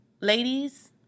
ladies